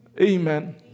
Amen